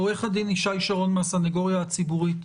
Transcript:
עורך הדין ישי שרון מהסנגוריה הציבורית,